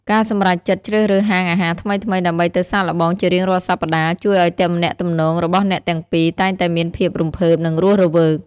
ការសម្រេចចិត្តជ្រើសរើសហាងអាហារថ្មីៗដើម្បីទៅសាកល្បងជារៀងរាល់សប្ដាហ៍ ជួយឱ្យទំនាក់ទំនងរបស់អ្នកទាំងពីរតែងតែមានភាពរំភើប និងរស់រវើក។